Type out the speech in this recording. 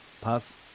pass